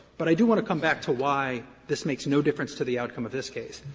but i do want to come back to why this makes no difference to the outcome of this case.